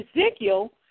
Ezekiel